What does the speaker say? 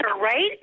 right